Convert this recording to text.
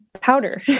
powder